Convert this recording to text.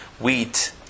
Wheat